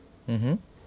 mmhmm